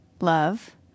love